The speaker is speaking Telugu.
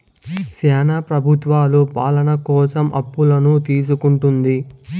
శ్యానా ప్రభుత్వాలు పాలన కోసం అప్పులను తీసుకుంటుంది